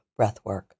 breathwork